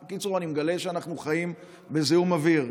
בקיצור, אני מגלה שאנחנו חיים בזיהום אוויר.